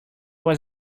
was